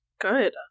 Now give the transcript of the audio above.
Good